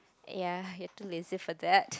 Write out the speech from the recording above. ya you're too lazy for that